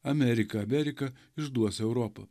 amerika amerika išduos europą